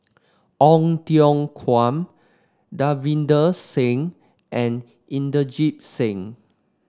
Ong Tiong Khiam Davinder Singh and Inderjit Singh